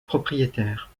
propriétaire